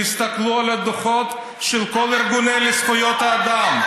תסתכלו על הדוחות של כל ארגוני זכויות האדם.